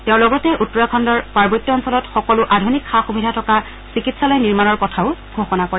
তেওঁ লগতে উত্তৰাখণ্ডৰ পাৰ্বত্য অঞ্চলত সকলো আধুনিক সা সুবিধা থকা চিকিৎসালয় নিৰ্মাণৰ কথাও ঘোষণা কৰে